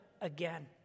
again